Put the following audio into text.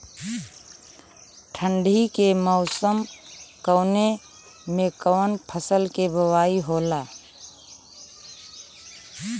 ठंडी के मौसम कवने मेंकवन फसल के बोवाई होखेला?